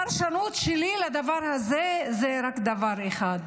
הפרשנות שלי לדבר הזה היא רק דבר אחד: